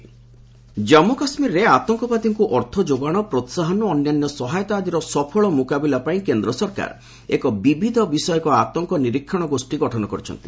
କେକେ ଏମ୍ଡିଟିଏମ୍ଜି ଜନ୍ମୁ କାଶ୍ମୀରରେ ଆତଙ୍କବାଦୀଙ୍କୁ ଅର୍ଥଯୋଗାଣ ପ୍ରୋହାହନ ଓ ଅନ୍ୟାନ୍ୟ ସହାୟତା ଆଦିର ସଫଳ ମୁକାବିଲା ପାଇଁ କେନ୍ଦ୍ର ସରକାର ଏକ ବିବିଧ ବିଷୟକ ଆତଙ୍କ ନିରୀକ୍ଷଣ ଗୋଷ୍ଠୀ ଗଠନ କରିଛନ୍ତି